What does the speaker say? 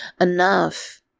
enough